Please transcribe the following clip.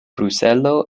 bruselo